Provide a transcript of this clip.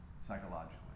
psychologically